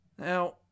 Now